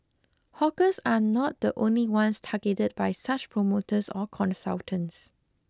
hawkers are not the only ones targeted by such promoters or consultants